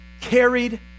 carried